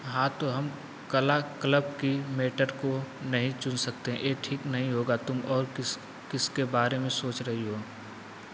हाँ तो हम कला क्लब की मेटर को नहीं चुन सकते ये ठीक नहीं होगा तुम और किस किसके बारे में सोच रही हो